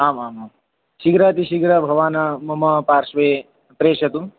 आम् आम् आं शीघ्रातिशीघ्रं भवान् मम पार्श्वे प्रेषतु